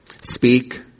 Speak